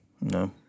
No